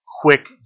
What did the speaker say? quick